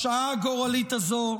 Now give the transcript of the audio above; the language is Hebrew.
בשעה הגורלית הזו,